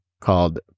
called